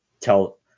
tell